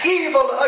evil